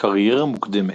קריירה מוקדמת